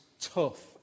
tough